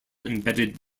embedded